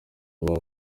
ubu